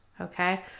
okay